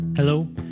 Hello